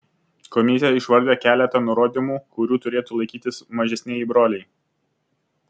komisija išvardijo keletą nurodymų kurių turėtų laikytis mažesnieji broliai